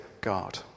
God